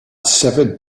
severed